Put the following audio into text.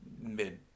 mid